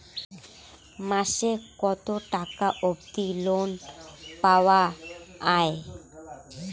মাসে কত টাকা অবধি লোন পাওয়া য়ায়?